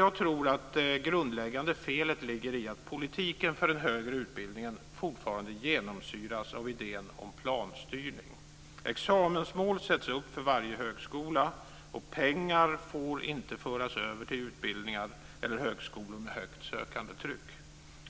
Jag tror att det grundläggande felet ligger i att politiken för den högre utbildningen fortfarande genomsyras av idén om planstyrning. Examensmål sätts upp för varje högskola, och pengar får inte föras över till utbildningar eller högskolor med högt sökandetryck.